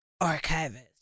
archivist